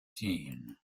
teen